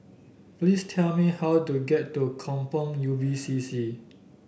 please tell me how to get to Kampong Ubi C C